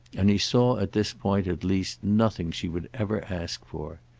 and he saw at this point at least nothing she would ever ask for.